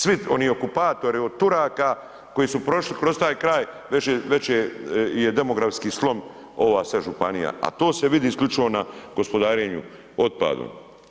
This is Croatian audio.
Svi oni okupatori od Turaka koji su prošli kroz taj kraj veće je demografski slom ova sad županija, a to se vidi isključivo na gospodarenju otpadom.